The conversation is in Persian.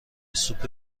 سوپ